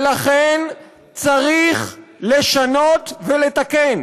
ולכן, צריך לשנות ולתקן.